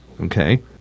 okay